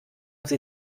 sie